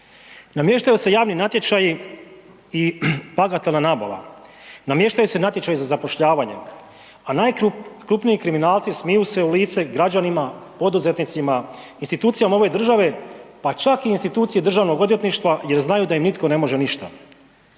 Namještaju se javni natječaji i bagatelna nabava, namještaju se natječaji za zapošljavanje, a najkrupniji kriminalci smiju se u lice građanima, poduzetnicima, institucijama ove države pa čak i instituciji državnog odvjetništva jer znaju da im nitko ne može ništa.